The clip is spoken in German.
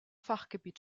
fachgebiet